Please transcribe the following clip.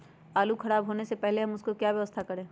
आलू खराब होने से पहले हम उसको क्या व्यवस्था करें?